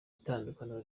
itandukaniro